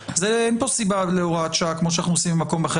אין פה סיבה להוראת שעה כמו שאנחנו עושים במקום אחר.